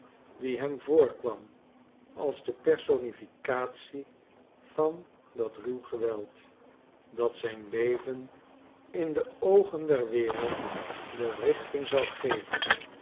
die hem voorkwam als de personificatie van dat ruw geweld dat zijn leven in de oogen der wereld de richting zou geven